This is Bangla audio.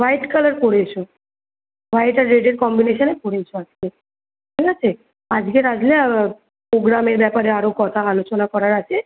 হোয়াইট কালার পরে এসো হোয়াইট আর রেডের কম্বিনেশানে পরে এসো আজকে ঠিক আছে আজকের আসলে প্রোগ্রামের ব্যাপারে আরও কথা আলোচনা করার আছে